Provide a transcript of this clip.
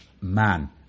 man